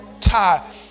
tie